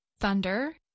thunder